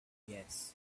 yes